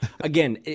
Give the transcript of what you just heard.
again